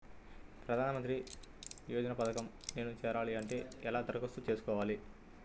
ప్రధాన మంత్రి యోజన పథకంలో నేను చేరాలి అంటే నేను ఎలా దరఖాస్తు చేసుకోవాలి?